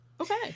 okay